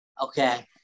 Okay